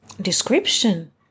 description